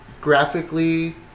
graphically